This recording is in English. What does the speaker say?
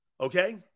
Okay